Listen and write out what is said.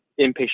inpatient